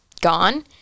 gone